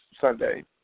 Sunday